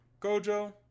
gojo